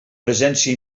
presència